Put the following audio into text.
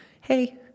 hey